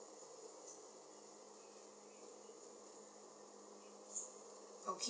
okay